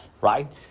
right